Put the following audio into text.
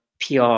PR